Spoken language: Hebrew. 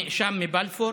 הנאשם מבלפור,